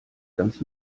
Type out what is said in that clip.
ganz